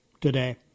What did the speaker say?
today